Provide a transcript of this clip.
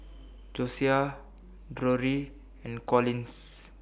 Josiah Drury and Collins